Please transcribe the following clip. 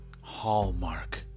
hallmark